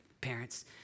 parents